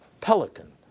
pelican